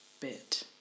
bit